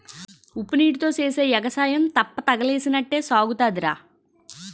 ఉప్పునీటీతో సేసే ఎగసాయం తెప్పతగలేసినట్టే సాగుతాదిరా